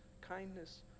kindness